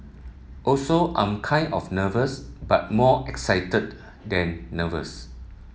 also I'm kind of nervous but more excited than nervous